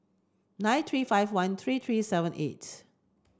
nine three five one three three seven eight